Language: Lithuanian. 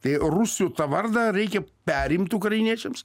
tai rusų tą vardą reikia perimt ukrainiečiams